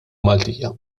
maltija